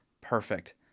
perfect